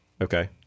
Okay